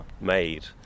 made